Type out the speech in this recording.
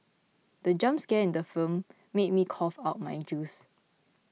the jump scare in the film made me cough out my juice